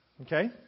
Okay